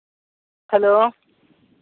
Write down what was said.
hello